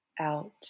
out